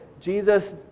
Jesus